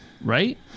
Right